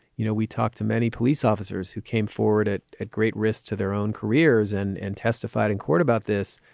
you know, we talked to many police officers who came forward at at great risk to their own careers and and testified in court about this.